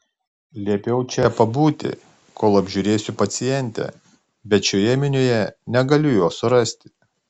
liepiau čia pabūti kol apžiūrėsiu pacientę bet šioje minioje negaliu jos surasti